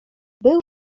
był